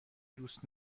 دوست